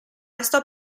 restò